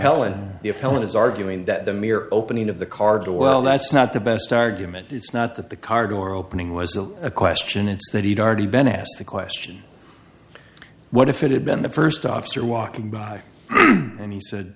appellant is arguing that the mere opening of the car door well that's not the best argument it's not that the car door opening wasn't a question it's that he'd already been asked the question what if it had been the first officer walking by and he said